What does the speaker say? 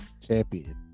champion